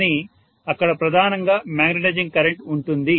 కానీ అక్కడ ప్రధానంగా మాగ్నెటైజింగ్ కరెంట్ ఉంటుంది